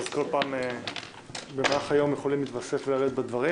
אז כל פעם במהלך היום יכולים להתווסף דברים,